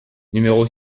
numéro